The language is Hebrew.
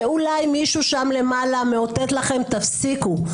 שאולי מישהו שם למעלה מאותת לכם: תפסיקו,